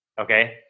Okay